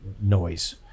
noise